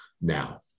now